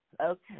Okay